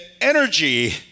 energy